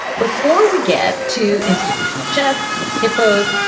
before we get to institutional chess hippo's,